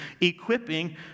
equipping